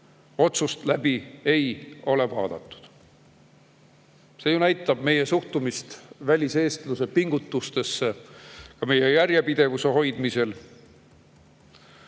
otsust ei ole üle vaadatud. See ju näitab meie suhtumist väliseestlaste pingutustesse ka meie järjepidevuse hoidmisel.